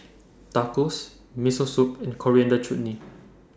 Tacos Miso Soup and Coriander Chutney